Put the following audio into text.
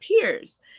peers